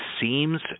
seems